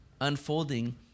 unfolding